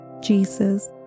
Jesus